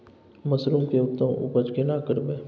Mushroom के उत्तम उपज केना करबै?